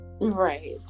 right